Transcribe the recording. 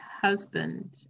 husband